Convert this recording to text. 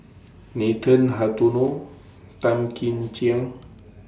Nathan Hartono Tan Kim Ching